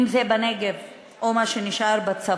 אם זה בנגב או מה שנשאר בצפון?